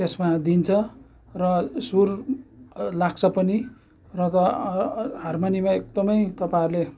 त्यसमा दिन्छ र सुर लाग्छ पनि र त हारमोनीमा एकदमै तपाईँहरूले